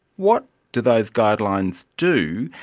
what do those guidelines do,